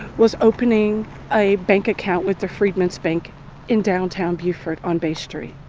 was opening a bank account with the freedmen's bank in downtown beaufort on bay street.